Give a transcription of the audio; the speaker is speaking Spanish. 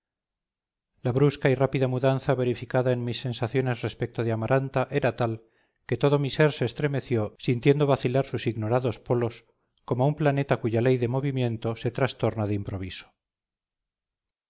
la brusca y rápida mudanza verificada en mis sensaciones respecto de amaranta era tal que todo mi ser se estremeció sintiendo vacilar sus ignorados polos como un planeta cuya ley de movimiento se trastorna de improviso